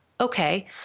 okay